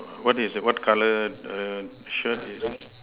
what is it what color err shirt is